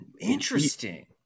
interesting